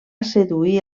seduir